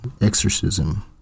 exorcism